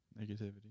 Negativity